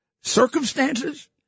circumstances